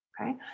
okay